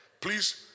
Please